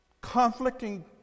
conflicting